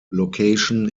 location